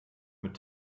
mit